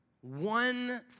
one